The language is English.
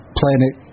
planet